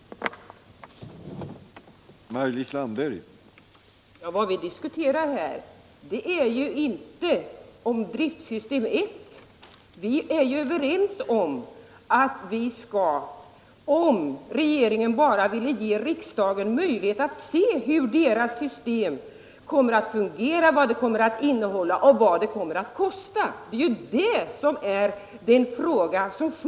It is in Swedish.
Vi diskuterar inte driftsystem 1 här. Vad vi reservanter vill är Onsdagen den att regeringen skall ge riksdagen möjlighet att se hur det nya systemet 15 februari 1978 kommer att fungera och vad det kommer att kosta — det är där vi skiljer oss åt. Vi har inte på något sätt bundit oss för driftsystem 1. Vi är överens om att driftsystem I skall fortsätta under den tid man försöker komma fram med ett annat system —-eller hur, Georg Danell? Vad vi reservanter kräver är att det redovisas för riksdagen både hur det nya systemet skall fungera och vad det kostar när man kommer fram till detta system -— det är skillnaden. den det ej vill röstar nej.